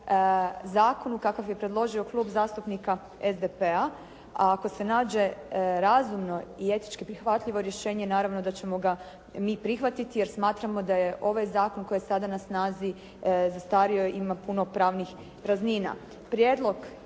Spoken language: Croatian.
zakonu kakav je predložio Klub zastupnika SDP-a, a ako se nađe razumno i etički prihvatljivo rješenje naravno da ćemo ga mi prihvatiti, jer smatramo da je ovaj zakon koji je sada na snazi zastario i ima puno pravnih praznina.